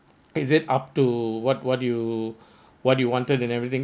is it up to what what you what you wanted and everything